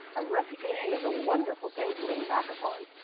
a reputation is a wonderful thing to lean back upon.